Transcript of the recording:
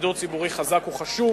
שידור ציבורי חזק הוא חשוב